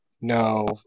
No